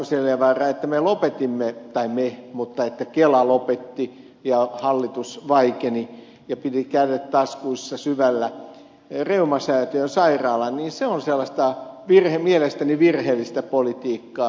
asko seljavaara että me lopetimme tai kela lopetti ja hallitus vaikeni ja piti kädet taskuissa syvällä reumasäätiön sairaalan on mielestäni virheellistä politiikkaa